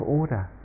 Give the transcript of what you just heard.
order